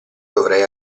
dovrei